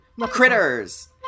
Critters